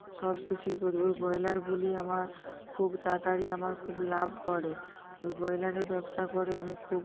সব কিছুই করি ওই ব্রয়লারগুলি আমার খুব তাড়াতাড়ি আমার খুব লাভ করে ওই ব্রয়লারের ব্যবসা করে আমি খুব